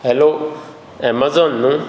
hello Amazon न्हूं